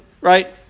right